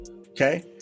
Okay